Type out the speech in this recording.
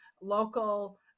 local